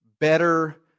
better